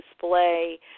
display